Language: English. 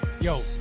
Yo